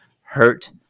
hurt